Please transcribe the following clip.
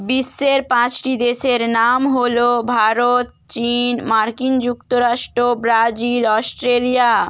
বিশ্বের পাঁচটি দেশের নাম হলো ভারত চীন মার্কিন যুক্তরাষ্ট্র ব্রাজিল অস্ট্রেলিয়া